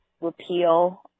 repeal